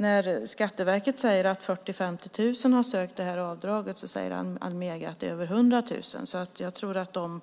När Skatteverket säger att 40 000-50 000 har sökt det här avdraget säger Almega att det är över 100 000. Jag tror att de